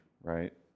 right